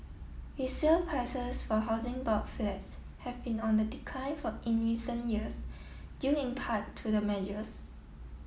resale prices for Housing Board flats have been on the decline for in recent years due in part to the measures